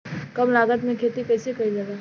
कम लागत में खेती कइसे कइल जाला?